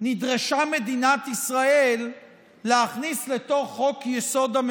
שנדרשה מדינת ישראל להכניס לתוך חוק-יסוד: